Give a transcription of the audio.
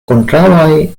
kontraŭaj